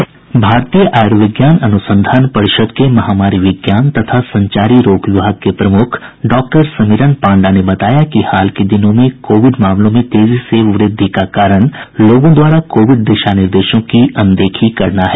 भारतीय आयुर्विज्ञान अनुसंधान परिषद के महामारी विज्ञान तथा संचारी रोग के प्रमुख डॉक्टर समीरन पांडा ने बताया कि हाल के दिनों में कोविड मामलों में तेजी से वृद्धि का मुख्य कारण लोगों द्वारा कोविड दिशा निर्देशों की अनदेखी करना है